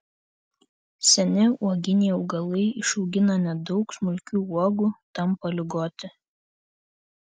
seni uoginiai augalai išaugina nedaug smulkių uogų tampa ligoti